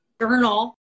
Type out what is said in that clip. journal